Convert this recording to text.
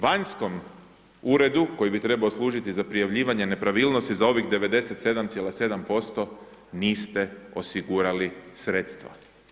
Vanjskom uredu koji bi trebao služiti za prijavljivanje nepravilnosti za ovih 97,7% niste osigurali sredstva.